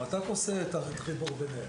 המת"ק עושה את החיבור ביניהם.